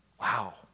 wow